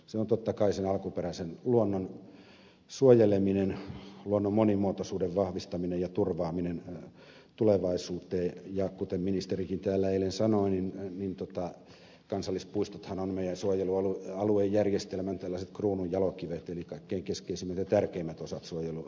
se on totta kai sen alkuperäisen luonnon suojeleminen luonnon monimuotoisuuden vahvistaminen ja turvaaminen tulevaisuuteen ja kuten ministerikin täällä eilen sanoi kansallispuistothan ovat meidän suojelualuejärjestelmämme kruununjalokivet eli kaikkein keskeisimmät ja tärkeimmät osat suojelualueesta